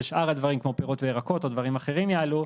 שאר הדברים כמו פירות וירקות או דברים אחרים יעלו,